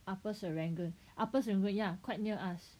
upper Serangoon upper Serangoon ya quite near us